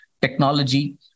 technology